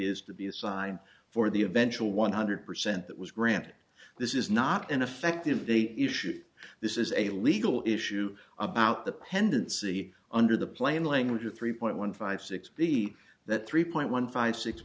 is to be a sign for the eventual one hundred percent that was granted this is not an effective they issue this is a legal issue about the pendency under the plain language of three point one five six b that three point one five six